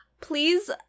Please